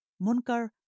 Munkar